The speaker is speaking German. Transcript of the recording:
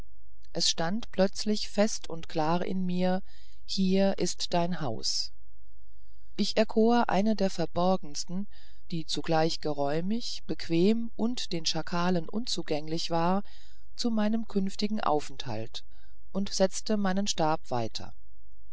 es stand plötzlich fest und klar in mir hier ist dein haus ich erkor eine der verborgensten die zugleich geräumig bequem und den schakalen unzugänglich war zu meinem künftigen aufenthalte und setzte meinen stab weiter